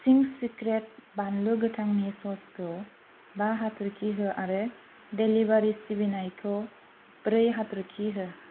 चिंस secret बानलु गोथांनि स'सखौ बा हाथरखि हो आरो डेलिबारि सिबिनायखौ ब्रै हाथरखि हो